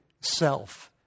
self